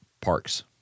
parks